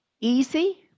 easy